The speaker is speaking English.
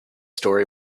story